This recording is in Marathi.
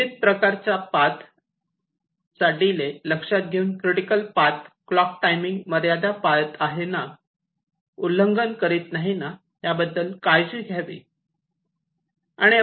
विविध प्रकारच्या पाथ चा डिले लक्षात घेऊन क्रिटिकल पाथ क्लॉक टाइमिंग मर्यादा पाळत आहे ना उल्लंघन करीत नाही ना याबद्दल काळजी घ्यावी